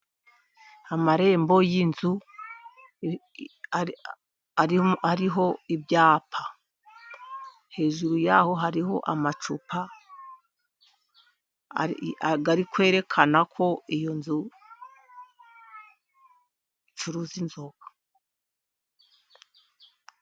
Amarembo y'inzu ariho ibyapa, hejuru ya ho hariho amacupa, ari kwerekana ko iyo nzu icuruza inzoga.